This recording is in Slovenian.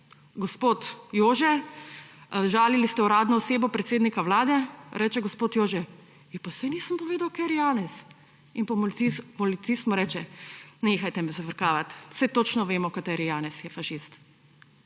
gospod Jože, žalili ste uradno osebo, predsednika Vlade, reče gospod Jože, ja, pa saj nisem povedal, kateri Janez. In policist mu reče, nehajte me zafrkavati, saj točno vemo, kateri Janez je fašist.